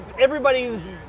everybody's